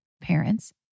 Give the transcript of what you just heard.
parents